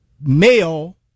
male